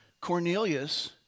Cornelius